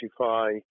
Identify